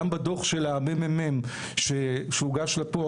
גם בדו"ח של הממ"מ שהוגש לפה,